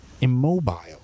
immobile